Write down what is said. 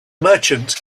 merchant